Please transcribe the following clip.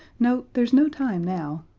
no there's no time now.